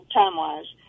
time-wise